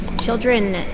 children